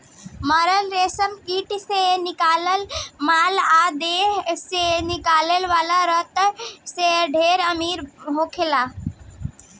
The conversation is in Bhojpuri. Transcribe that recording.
मरल रेशम कीट से निकलत मल आ देह से निकले वाला तरल से ढेरे बीमारी होला